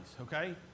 okay